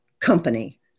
company